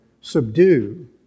subdue